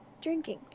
drinking